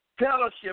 Fellowship